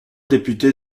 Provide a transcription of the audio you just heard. députés